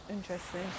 interesting